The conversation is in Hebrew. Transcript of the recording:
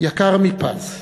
יקר מפז,